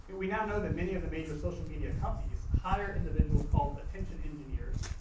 but we now know that many of the major social media companies hire individuals called attention engineers,